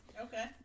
Okay